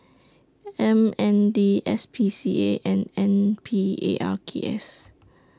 M N D S P C A and N P A R K S